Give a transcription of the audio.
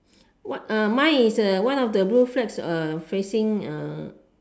what uh mine is uh one of the blue flags uh facing uh